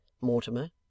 Mortimer